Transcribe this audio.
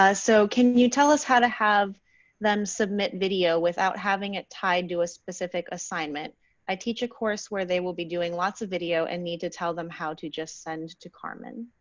so can you tell us how to have them submit video without having it tied to a specific assignment i teach a course where they will be doing lots of video and need to tell them how to just send to carmen.